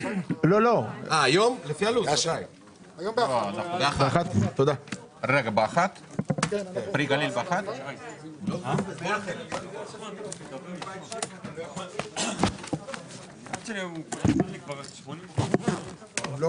בשעה 12:15.